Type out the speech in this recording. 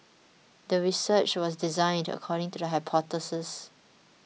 the research was designed according to the hypothesis